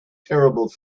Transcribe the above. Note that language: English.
terrible